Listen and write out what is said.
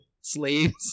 slaves